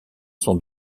sont